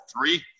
three